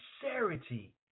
sincerity